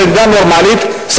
במדינה נורמלית,